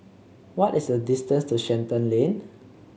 what is the distance to Shenton Lane